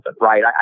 right